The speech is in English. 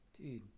Dude